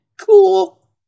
Cool